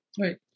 right